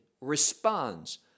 responds